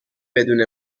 بدون